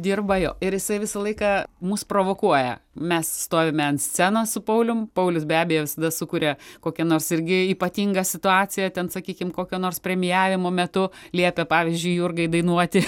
dirba jo ir jisai visą laiką mus provokuoja mes stovime ant scenos su paulium paulius be abejo visada sukuria kokia nors irgi ypatinga situaciją ten sakykim kokio nors premijavimo metu liepia pavyzdžiui jurgai dainuoti